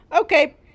Okay